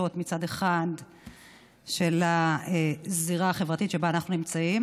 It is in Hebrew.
מצד אחד של הזירה החברתית שבה אנחנו נמצאים,